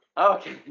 okay